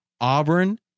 Auburn